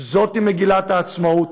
זאת מגילת העצמאות.